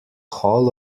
hall